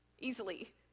easily